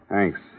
Thanks